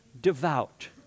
devout